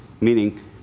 meaning